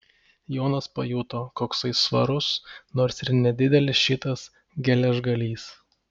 jonas pajuto koksai svarus nors ir nedidelis šitas geležgalys